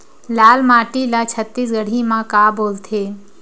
लाल माटी ला छत्तीसगढ़ी मा का बोलथे?